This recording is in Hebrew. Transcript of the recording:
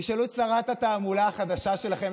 תשאלו את שרת התעמולה החדשה שלכם,